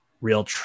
real